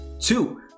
two